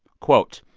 quote,